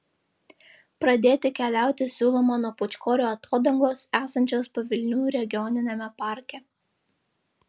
pradėti keliauti siūloma nuo pūčkorių atodangos esančios pavilnių regioniniame parke